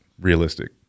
realistic